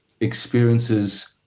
experiences